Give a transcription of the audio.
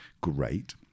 great